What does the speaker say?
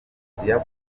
burayi